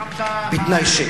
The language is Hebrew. בתנאי ש,